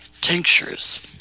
tinctures